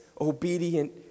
obedient